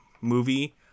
movie